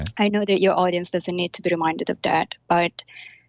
i know that your audience doesn't need to be reminded of that. but